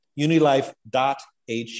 Unilife.hu